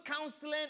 counseling